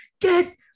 get